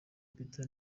peter